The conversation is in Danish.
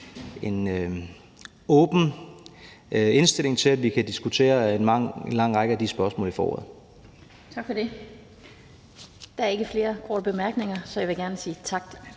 en åben indstilling til, at vi kan diskutere en lang række af de spørgsmål i foråret.